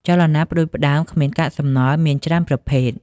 ចលនាផ្តួចផ្តើមគ្មានកាកសំណល់មានច្រើនប្រភេទ។